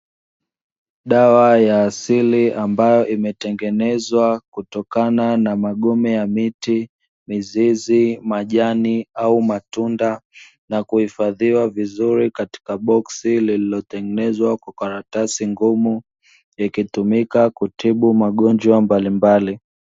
Dawa ya asili ambayo imetengenezwa kutokana na magome ya miti, mizizi, majani au matunda na kuhifadhiwa vizuri katika boksi lililotengenezwa kwa karatasi ngumu, ikitumika kutibu magonjwa mbalimbali.